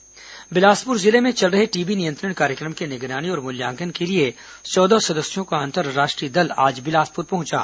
TB नियंत्रण कार्यक्रम बिलासपुर जिले में चल रहे टीबी नियंत्रण कार्यक्रम की निगरानी और मूल्यांकन के लिए चौदह सदस्यों का अंतर्राष्ट्रीय दल आज बिलासपुर पहुंचा